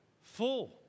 Full